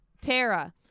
Tara